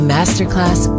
Masterclass